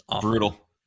brutal